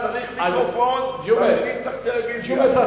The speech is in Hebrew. ג'ומס,